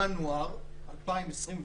ינואר 2021,